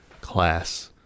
class